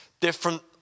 different